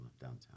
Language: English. downtown